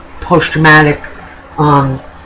post-traumatic